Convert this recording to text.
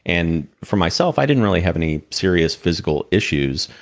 and for myself, i didn't really have any serious physical issues,